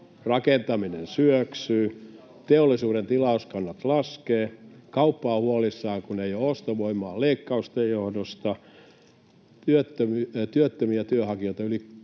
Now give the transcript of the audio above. rakentaminen syöksyy, teollisuuden tilauskannat laskevat, kauppa on huolissaan, kun ei ole ostovoimaa leikkausten johdosta, työttömiä työnhakijoita on lähes